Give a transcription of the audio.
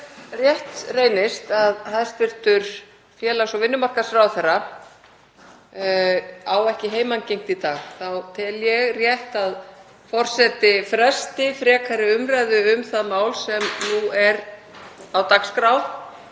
rétt reynist að hæstv. félags- og vinnumarkaðsráðherra á ekki heimangengt í dag þá tel ég rétt að forseti fresti frekari umræðu um það mál sem nú er á dagskrá,